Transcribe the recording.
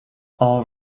all